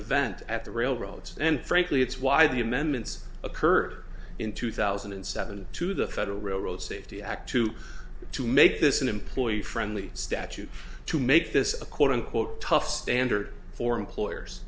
event at the railroads and frankly it's why the amendments occurred in two thousand and seven to the federal railroad safety act to to make this an employee friendly statute to make this a quote unquote tough standard for employers